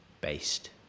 based